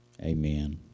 Amen